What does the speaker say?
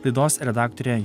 laidos redaktorė